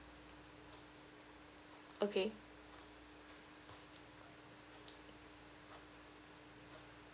okay